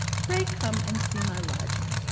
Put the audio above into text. pray come and see my lodging.